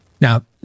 Now